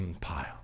pile